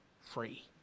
free